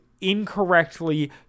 incorrectly